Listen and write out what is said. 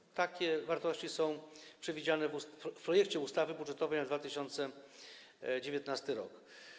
I takie wartości są przewidziane w projekcie ustawy budżetowej na 2019 r.